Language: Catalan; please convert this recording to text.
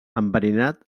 enverinat